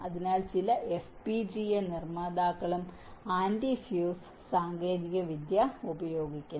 അതിനാൽ ചില FPGA നിർമ്മാതാക്കളും ആന്റി ഫ്യൂസ് സാങ്കേതികവിദ്യ ഉപയോഗിക്കുന്നു